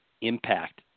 impact